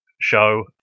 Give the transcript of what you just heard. show